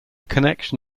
connection